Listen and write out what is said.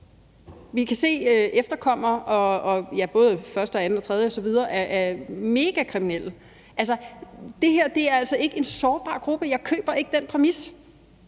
anden, tredje osv. generation, er megakriminelle. Det her er altså ikke en sårbar gruppe. Jeg køber ikke den præmis.